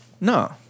No